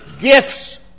gifts